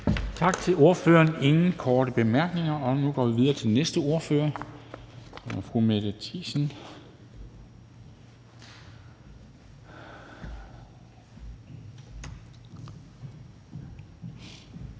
Tak til ordføreren. Der er ingen korte bemærkninger, og så går vi videre til den næste ordfører, og det er fru Mette Thiesen,